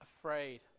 afraid